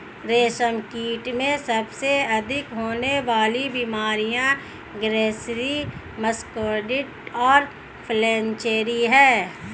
रेशमकीट में सबसे अधिक होने वाली बीमारियां ग्रासरी, मस्कार्डिन और फ्लैचेरी हैं